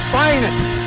finest